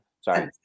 Sorry